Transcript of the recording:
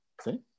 See